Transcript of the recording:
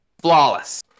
Flawless